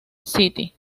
city